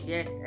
Yes